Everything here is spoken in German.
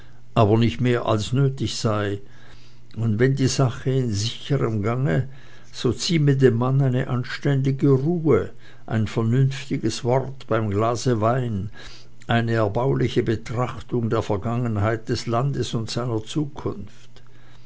aber nicht mehr als nötig sei und wenn die sache in sicherm gange so zieme dem mann eine anständige ruhe ein vernünftiges wort beim glase wein eine erbauliche betrachtung der vergangenheit des landes und seiner zukunft